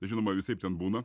žinoma visaip ten būna